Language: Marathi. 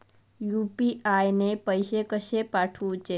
यू.पी.आय ने पैशे कशे पाठवूचे?